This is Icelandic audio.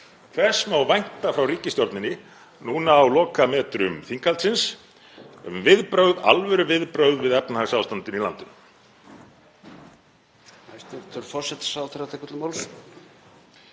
Hvers má vænta frá ríkisstjórninni núna á lokametrum þinghaldsins um viðbrögð, alvöruviðbrögð við efnahagsástandinu í landinu?